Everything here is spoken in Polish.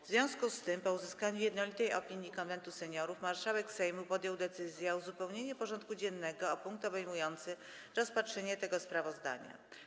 W związku z tym, po uzyskaniu jednolitej opinii Konwentu Seniorów, marszałek Sejmu podjął decyzję o uzupełnieniu porządku dziennego o punkt obejmujący rozpatrzenie tego sprawozdania.